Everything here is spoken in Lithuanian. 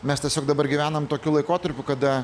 mes tiesiog dabar gyvenam tokiu laikotarpiu kada